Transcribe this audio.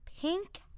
pink